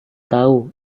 tahu